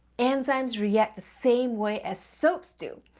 enzymes react the same way as soaps do.